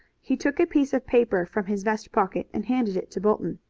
he took a piece of paper from his vest pocket and handed it to bolton.